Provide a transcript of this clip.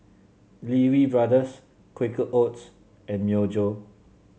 Lee Wee Brothers Quaker Oats and Myojo